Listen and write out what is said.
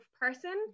person